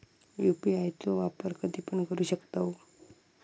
UPI चो वापर कधीपण करू शकतव?